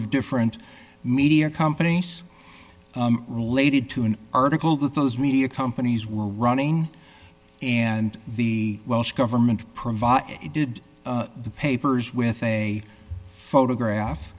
of different media companies related to an article that those media companies were running and the welsh government provided it did the papers with a photograph